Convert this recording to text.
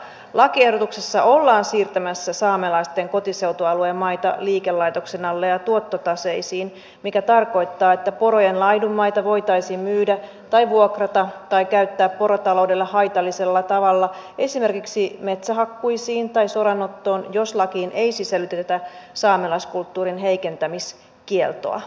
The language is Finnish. lakiehdotuksessa ollaan siirtämässä saamelaisten kotiseutualueen maita liikelaitoksen alle ja tuottotaseisiin mikä tarkoittaa että porojen laidunmaita voitaisiin myydä vuokrata tai käyttää porotaloudelle haitallisella tavalla esimerkiksi metsähakkuisiin tai soranottoon jos lakiin ei sisällytetä saamelaiskulttuurin heikentämiskieltoa